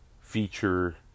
feature